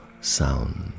sound